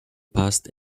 past